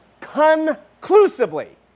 conclusively